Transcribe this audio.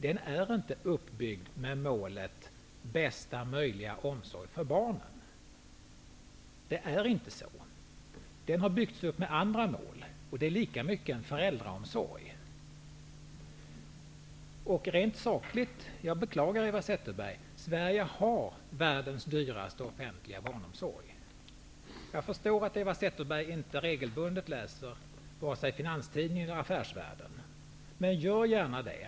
Den är inte uppbyggd med målet bästa möjliga omsorg för barnen. Den har byggts upp för att uppnå andra mål. Det är lika mycket en föräld raomsorg. Jag beklagar Eva Zetterberg, men Sve rige har världens dyraste offentliga barnomsorg. Jag förstår att Eva Zetterberg inte regelbundet lä ser Finanstidningen eller Affärsvärlden, men gör gärna det.